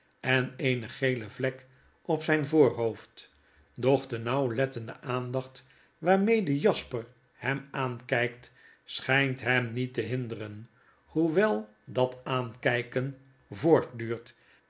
en eene gele vlek op zyn voorhoofd doch de nauwlettende aandacht waarmede jasper hem aankijkt schijnt hem niet te hinderen hoewel dat aankyken voortduurt